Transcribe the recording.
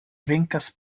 venkas